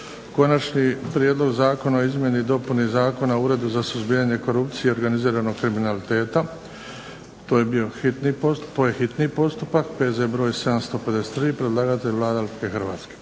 Konačni prijedlog Zakona o izmjeni i dopuni Zakona o Uredu za suzbijanje korupcije i organiziranog kriminaliteta, bio je hitni postupak, P.Z. br. 753 Predlagatelj Vlada Republike Hrvatske.